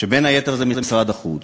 בין היתר זה משרד החוץ,